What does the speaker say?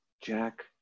Jack